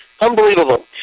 Unbelievable